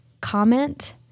comment